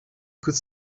could